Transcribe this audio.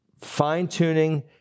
fine-tuning